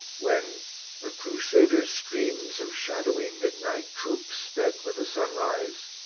when the crusaders' streams of shadowy midnight troops sped with the sunrise,